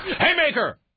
Haymaker